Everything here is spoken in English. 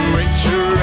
richer